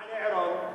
מעלה-עירון?